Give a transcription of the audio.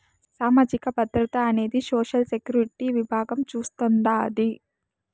సామాజిక భద్రత అనేది సోషల్ సెక్యూరిటీ విభాగం చూస్తాండాది